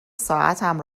ساعتم